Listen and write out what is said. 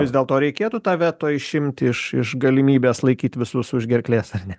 vis dėl to reikėtų tą veto išimti iš iš galimybės laikyt visus už gerklės ar ne